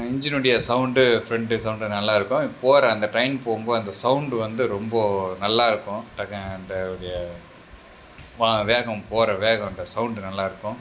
இன்ஜினுடைய sound friend sound நல்லாயிருக்கும் போகிற அந்த டிரெயின் போகும்போது அந்த சவுண்டு வந்து ரொம்ப நல்லாயிருக்கும் டக்குன்னு அந்த உடைய வேகம் போகிற வேகம் அந்த சவுண்டு நல்லாயிருக்கும்